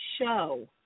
Show